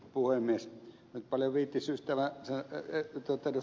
en nyt paljon viitsisi ystävä ed